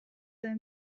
den